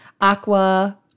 aqua